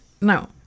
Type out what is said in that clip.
no